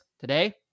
today